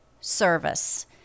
service